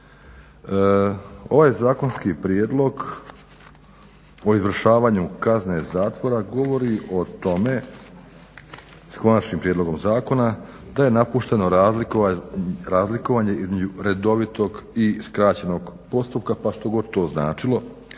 Ovaj zakonski prijedlog o izvršavanju kazne zatvora govori o tome, s konačnim prijedlogom zakona, da je napušteno razlikovanje između redovitog i skraćenog postupka pa što god to značilo.